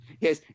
Yes